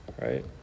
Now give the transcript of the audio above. Right